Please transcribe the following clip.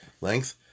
length